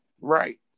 Right